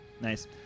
nice